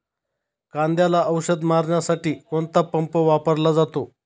कांद्याला औषध मारण्यासाठी कोणता पंप वापरला जातो?